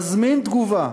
מזמין תגובה.